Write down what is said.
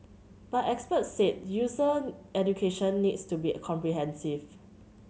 but experts said user education needs to be comprehensive